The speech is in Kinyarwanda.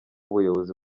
ubuyobozi